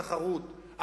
חלק מבסיסי התחרות,